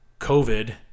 COVID